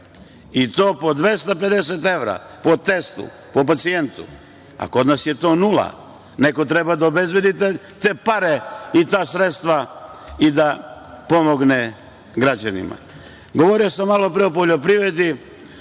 i to po 250 evra po testu, po pacijentu. Kod nas je to nula. Neko treba da obezbedi te pare i ta sredstva i da pomogne građanima. Govorio sam malo pre o poljoprivredi